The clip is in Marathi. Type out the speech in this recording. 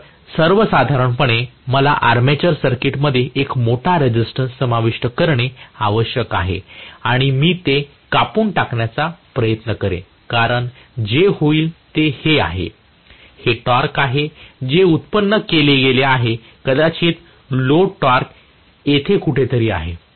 तर साधारणपणे मला आर्मेचर सर्किटमध्ये एक मोठा रेसिस्टन्स समाविष्ट करणे आवश्यक आहे आणि मी ते कापून टाकण्याचा प्रयत्न करेन कारण जे होईल ते हे आहे हे टॉर्क आहे जे उत्पन्न केले गेले आहे कदाचित लोड टॉर्क येथे कुठेतरी आहे